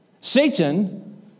Satan